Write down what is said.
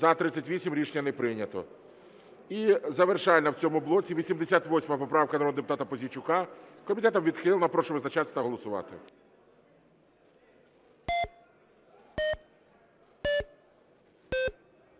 За-38 Рішення не прийнято. І завершальна в цьому блоці 88 поправка народного депутата Пузійчука. Комітетом відхилена. Прошу визначатись та голосувати.